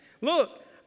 Look